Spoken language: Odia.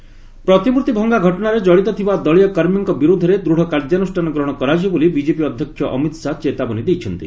ଅମିତ୍ ଶାହା ଷ୍ଟାଚ୍ୟ ପ୍ରତିମ୍ଭର୍ତ୍ତି ଭଙ୍ଗା ଘଟଣାରେ କଡ଼ିତ ଥିବା ଦଳୀୟ କର୍ମୀଙ୍କ ବିରୋଧରେ ଦୂଢ଼ କାର୍ଯ୍ୟାନୁଷ୍ଠାନ ଗ୍ରହଣ କରାଯିବ ବୋଲି ବିଜେପି ଅଧ୍ୟକ୍ଷ ଅମିତ୍ ଶାହା ଚେତାବନୀ ଦେଇଛନ୍ତି